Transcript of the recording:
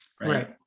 Right